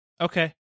Okay